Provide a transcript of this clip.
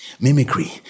mimicry